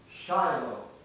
Shiloh